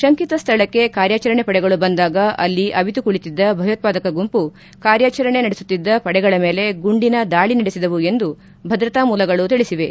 ಶಂಕಿತ ಸ್ಥಳಕ್ಕೆ ಕಾರ್ಯಾಚರಣೆ ಪಡೆಗಳು ಬಂದಾಗ ಅಲ್ಲಿ ಅವಿತು ಕುಳಿತಿದ್ದ ಭಯೋತ್ಪಾದಕ ಗುಂಪು ಕಾರ್ಯಾಚರಣೆ ಪಡೆಗಳ ಮೇಲೆ ಗುಂಡಿನ ದಾಳಿ ನಡೆಸಿದವು ಎಂದು ಭದ್ರತಾ ಮೂಲಗಳು ತಿಳಿಸಿವೆ